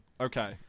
Okay